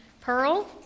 Pearl